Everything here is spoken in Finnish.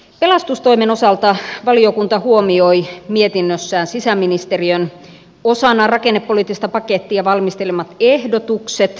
pelastustoimen osalta valiokunta huomioi mietinnössään sisäministeriön osana rakennepoliittista pakettia valmistelemat ehdotukset